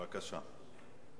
בבקשה.